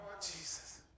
Jesus